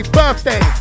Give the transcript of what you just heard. birthday